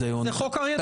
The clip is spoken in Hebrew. אבל מעבר לאריה דרעי,